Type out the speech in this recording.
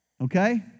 Okay